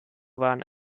waren